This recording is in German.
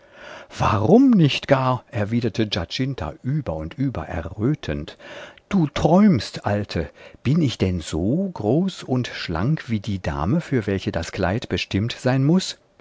warum nicht gar erwiderte giacinta über und über errötend du träumst alte bin ich denn so groß und schlank wie die dame für welche das kleid bestimmt sein muß